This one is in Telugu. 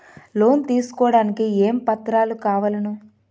లోన్ తీసుకోడానికి ఏమేం పత్రాలు కావలెను?